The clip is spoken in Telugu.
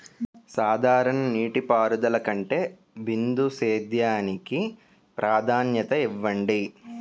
సాధారణ నీటిపారుదల కంటే బిందు సేద్యానికి ప్రాధాన్యత ఇవ్వండి